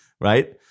Right